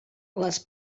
les